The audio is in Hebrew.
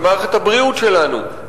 במערכת הבריאות שלנו,